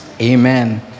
amen